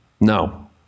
No